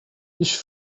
ich